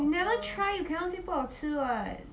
you never try you cannot say 不好吃 [what]